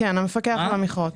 כן, המפקח על המכרות.